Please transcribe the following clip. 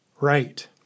right